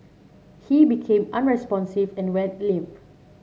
he became unresponsive and went limp